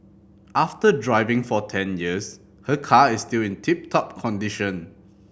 after driving for ten years her car is still in tip top condition